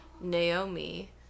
naomi